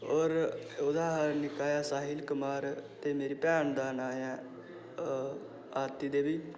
ते ओह्दे कशा निक्का ऐ साहिल कुमार ते मेरी भैन दा नांऽ ऐ आरती देवी